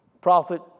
prophet